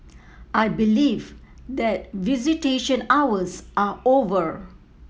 I believe that visitation hours are over